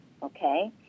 Okay